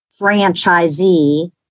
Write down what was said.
franchisee